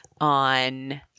on